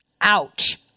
Ouch